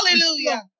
Hallelujah